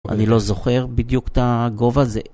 אני לא זוכר בדיוק את הגובה הזה